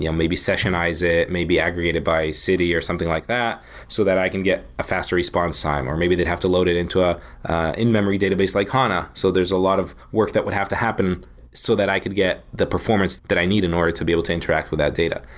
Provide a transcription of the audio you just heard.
yeah maybe sessionize it, maybe aggregate it by city or something like that so that i can get a faster response time or maybe they'd have to load it into ah in-memory database like hana. so there's a lot of work that would have to happen so that i could get the performance that i need in order to be able to interact with the data.